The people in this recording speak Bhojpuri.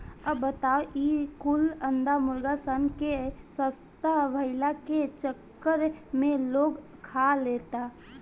अब बताव ई कुल अंडा मुर्गा सन के सस्ता भईला के चक्कर में लोग खा लेता